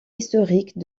historique